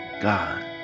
God